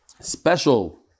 Special